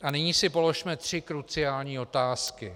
A nyní si položme tři kruciální otázky.